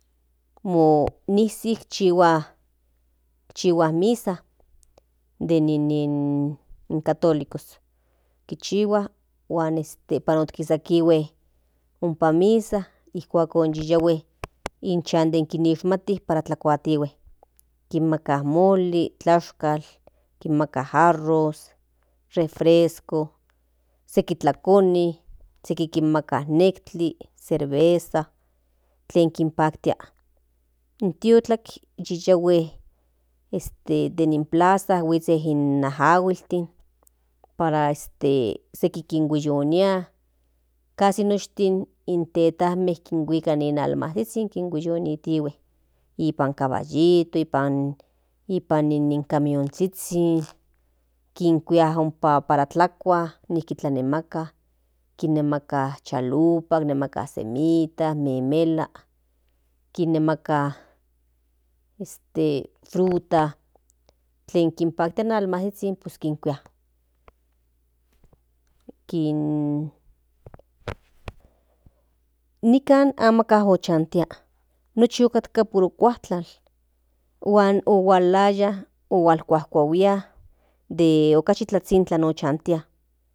Izi chihua misa de nin católicos kichua huan pasarotihue ompa misa kuakon yiyahuen ichan den kinishmati para tlakuatihue kinmaka moli kinmaka arroz kinmaka refrescos seki tlakoni seki kinmaka nijki cerveza tlen kinpaktia in tiokatl yinyahue este in plaza huizhen in ajahuiltin para este seki kinmoyonia casi noshtin in tetanme kinhuika in almazhizhin koyonitihue ipan caballitos ipan camionzhizhin kinkuia ompa para tlakua nijki kin nemaka kinmaka chalupas nemaka cemitas memela kinemaka este fruta tlen kinpaktia in almazhizhinkikuia nikan amaka ochantia nochi otkatka puro cuaktlan huan ohualaya ohualkuajkuahuia den okachi tlazhintla ochantia.